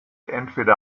entweder